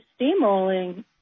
steamrolling